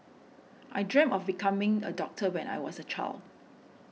I dreamt of becoming a doctor when I was a child